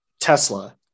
Tesla